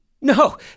No